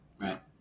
Right